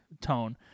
tone